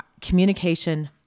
communication